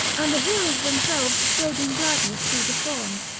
and the heroes themselves strode in gladness through the throng,